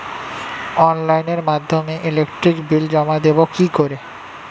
অনলাইনের মাধ্যমে electric bill জমা দেবো কি করে?